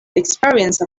experience